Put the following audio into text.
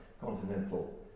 continental